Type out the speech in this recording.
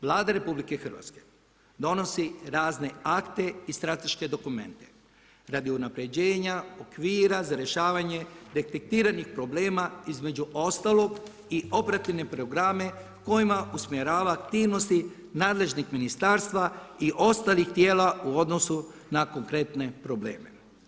Vlada RH donosi razne akte i strateške dokumente radi unapređenja okvira za rješavanje detektiranih problema između ostalog i operativne programe kojima usmjerava aktivnosti nadležnih ministarstava i ostalih tijela u odnosu na konkretne probleme.